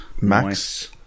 Max